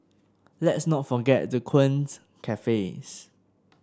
let's not forget the quaint cafes